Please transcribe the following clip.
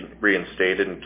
reinstated